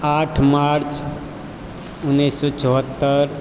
आठ मार्च उन्नैस सए चौहत्तरि